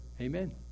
Amen